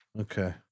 Okay